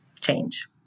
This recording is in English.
change